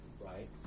right